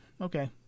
okay